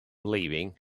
leaving